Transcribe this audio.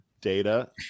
data